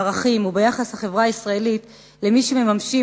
בערכים וביחס בחברה הישראלית למי שממשים